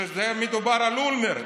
כשזה מדובר על אולמרט,